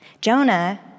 Jonah